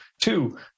Two